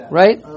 right